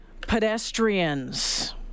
pedestrians